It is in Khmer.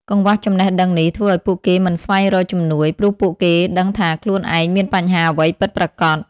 កង្វះចំណេះដឹងនេះ ធ្វើឱ្យពួកគេមិនស្វែងរកជំនួយ ព្រោះពួកគេមិនដឹងថាខ្លួនឯងមានបញ្ហាអ្វីពិតប្រាកដ។